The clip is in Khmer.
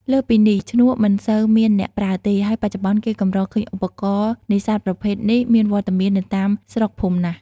លើសពីនេះ ឈ្នក់ មិនសូវមានអ្នកប្រើទេ ហើយបច្ចុប្បន្ន គេកម្រឃើញឧបរណ៍នេសាទប្រភេទនេះ មានវត្តមាននៅតាមស្រុកភូមិណាស់។